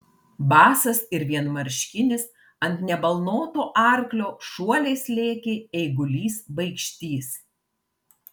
basas ir vienmarškinis ant nebalnoto arklio šuoliais lėkė eigulys baikštys